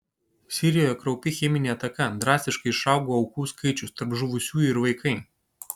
sirijoje kraupi cheminė ataka drastiškai išaugo aukų skaičius tarp žuvusių ir vaikai